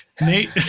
Nate